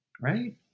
right